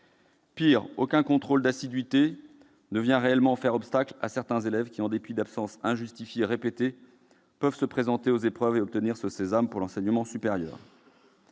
Pis, aucun contrôle d'assiduité ne vient réellement faire obstacle à certains élèves, qui, en dépit d'absences injustifiées répétées, peuvent se présenter aux épreuves et obtenir ce sésame pour l'enseignement supérieur.